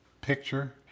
picture